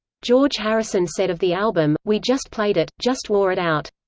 george harrison said of the album we just played it, just wore it out.